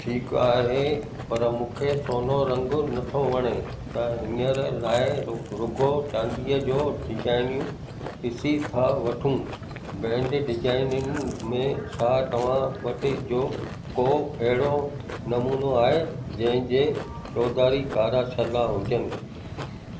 ठीकु आहे पर मूंखे सोनो रंग नथो वणे त हींअर लाइ रु रुगो चांदीअ जूं डिजाइनियूंं ॾिसी था वठूं बैंड डिजाइननि में छा तव्हां वटि जो को अहिड़ो नमूनो आहे जंहिंजे चौधारी कारा छल्ला हुजनि